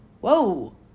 whoa